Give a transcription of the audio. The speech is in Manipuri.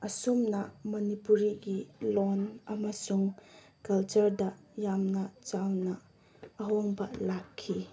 ꯑꯁꯨꯝꯅ ꯃꯅꯤꯄꯨꯔꯤꯒꯤ ꯂꯣꯟ ꯑꯃꯁꯨꯡ ꯀꯜꯆꯔꯗ ꯌꯥꯝꯅ ꯆꯥꯎꯅ ꯑꯍꯣꯡꯕ ꯂꯥꯛꯈꯤ